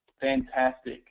fantastic